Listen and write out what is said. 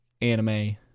anime